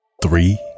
three